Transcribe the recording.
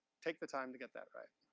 take the time to get that right.